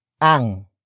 Ang